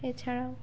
এছাড়াও